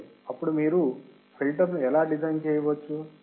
అప్పుడు మీరు ఫిల్టర్ ను ఎలా డిజైన్ చేయవచ్చు